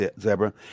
Zebra